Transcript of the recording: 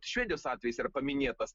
švedijos atvejis yra paminėtas